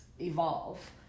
evolve